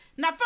Now